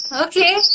Okay